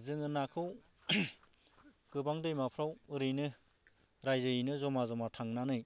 जोङो नाखौ गोबां दैमाफ्राव ओरैनो राइजोयैनो ज'मा ज'मा थांनानै